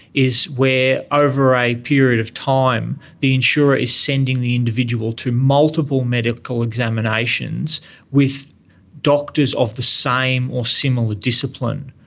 is where over a period of time the insurer is sending the individual to multiple medical examinations with doctors of the same or similar discipline.